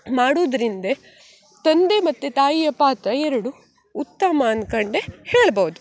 ಮಾಡುದ್ರಿಂದ ತಂದೆ ಮತ್ತು ತಾಯಿಯ ಪಾತ್ರ ಎರಡೂ ಉತ್ತಮ ಅನ್ಕೊಂಡು ಹೇಳ್ಬೌದು